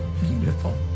beautiful